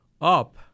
up